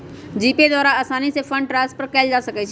GPay द्वारा असानी से फंड ट्रांसफर कयल जा सकइ छइ